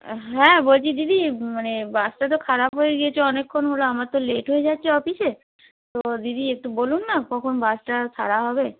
হ্যাঁ বলছি দিদি মানে বাসটা তো খারাপ হয়ে গিয়েছে অনেকক্ষণ হলো আমার তো লেট হয়ে যাচ্ছে অফিসে তো দিদি একটু বলুন না কখন বাসটা ছাড়া হবে